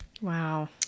Wow